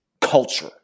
culture